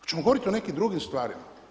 Hoćemo govorit o nekim drugim stvarima?